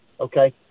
Okay